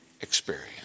experience